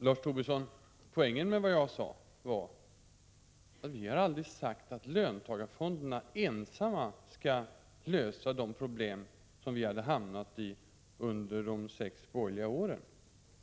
Herr talman! Till Lars Tobisson: Vi har aldrig sagt att löntagarfonderna ensamma skall lösa de problem som vi hamnade i under de sex borgerliga åren.